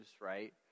right